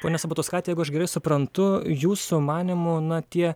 ponia sabatauskaite jeigu aš gerai suprantu jūsų manymu na tie